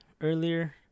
earlier